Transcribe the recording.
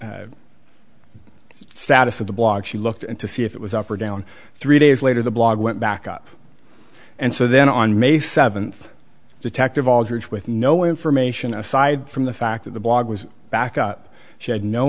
the status of the blog she looked at to see if it was up or down three days later the blog went back up and so then on may seventh detective aldrich with no information aside from the fact that the blog was back up she had no